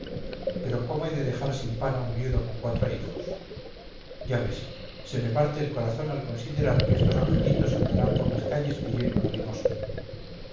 pero cómo he de dejar sin pan a un viudo con cuatro hijos ya ves se me parte el corazón al considerar que estos angelitos andarán por las calles pidiendo una limosna